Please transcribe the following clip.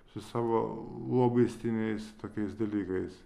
su savo lobistiniais tokiais dalykais